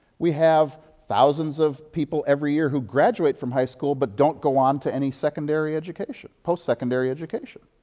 we have thousands of people every year who graduate from high school but don't go on to any secondary education, post-secondary education.